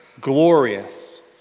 glorious